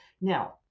Now